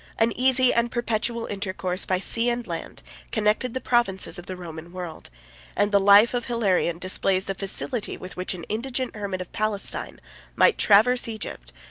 an easy and perpetual intercourse by sea and land connected the provinces of the roman world and the life of hilarion displays the facility with which an indigent hermit of palestine might traverse egypt,